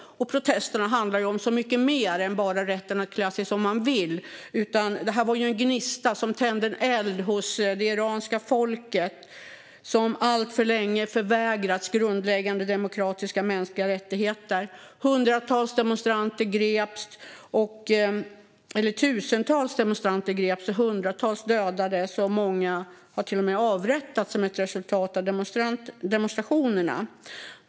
Protesterna handlade om så mycket mer än bara rätten att klä sig som man vill. Händelsen var en gnista som tände en eld hos det iranska folket, som alltför länge förvägrats grundläggande demokratiska och mänskliga rättigheter. Tusentals demonstranter greps, hundratals dödades och många har till och med avrättats som ett resultat av demonstrationerna.